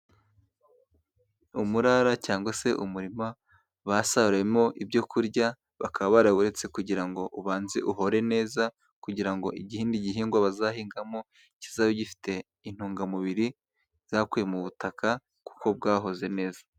Umurara cyangwa se umurima basaruyemo ibyokurya, bakaba barawuretse kugira ngo ubanze uhore neza kugira ngo igihe gihingwa bazahingamo, kizabe gifite intungamubiri zakuwe mu butaka kuko bwahoze neza.